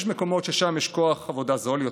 יש מקומות ששם יש כוח עבודה זול יותר,